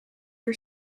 uur